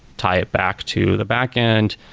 tie it back to the backend.